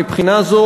מבחינה זו,